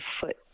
foot